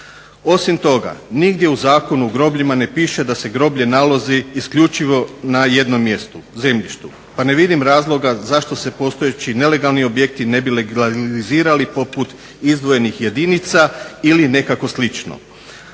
Osim toga, nigdje u Zakonu o grobljima ne piše da se groblje nalazi isključivo na jednom mjestu, zemljištu, pa ne vidim razloga zašto se postojeći nelegalni objekti ne bi legalizirali poput izdvojenih jedinica ili nekako slično.